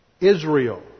Israel